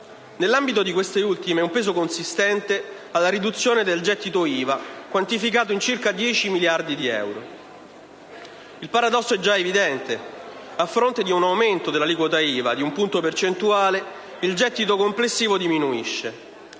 Nell'ambito di queste ultime, un peso consistente ha la riduzione del gettito IVA, quantificato in circa 10 miliardi di euro. Il paradosso è già evidente: a fronte di un aumento dell'aliquota IVA di un punto percentuale, il gettito complessivo diminuisce,